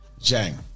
Jang